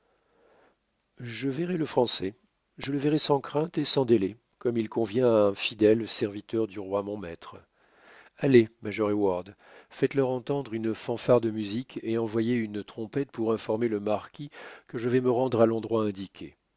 je verrai le français je le verrai sans crainte et sans délai comme il convient à un fidèle serviteur du roi mon maître allez major heyward faites-leur entendre une fanfare de musique et envoyez un trompette pour informer le marquis que je vais me rendre à l'endroit indiqué